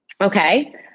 okay